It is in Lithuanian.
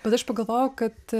bet aš pagalvojau kad